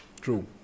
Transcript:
True